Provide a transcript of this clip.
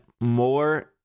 more